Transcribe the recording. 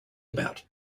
about